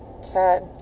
Sad